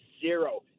zero